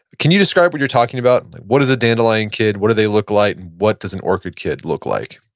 can you describe what you're talking about? and like what is the dandelion kid, what do they look like, and what does an orchid kid look like?